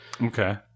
okay